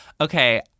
Okay